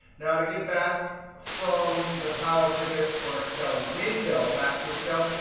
now, to get back from the power pivot for excel window back to excel,